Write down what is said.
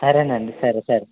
సరేనండి సరే సరే